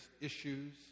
issues